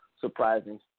surprising